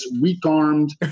weak-armed